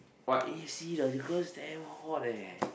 but A_C the girls damn hot leh